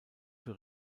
für